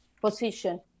position